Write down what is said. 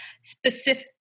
specific